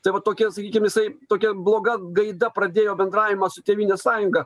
tai va tokia sakykim jisai tokia bloga gaida pradėjo bendravimą su tėvynės sąjunga